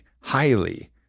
highly